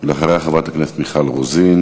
אחריה, חברת הכנסת מיכל רוזין,